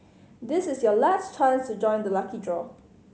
this is your last chance to join the lucky draw